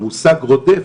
המושג 'רודף'